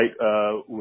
right